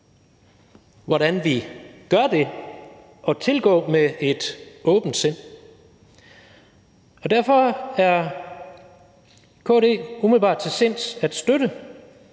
hvordan vi gør det, og tilgå det med et åbent sind. Derfor er KD umiddelbart til sinds at støtte